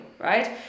right